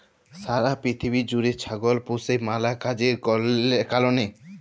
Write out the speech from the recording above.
ছারা পিথিবী জ্যুইড়ে ছাগল পুষে ম্যালা কাজের কারলে